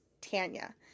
Tanya